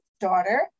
daughter